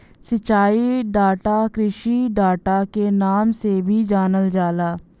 सिंचाई डाटा कृषि डाटा के नाम से भी जानल जाला